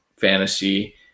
fantasy